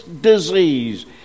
disease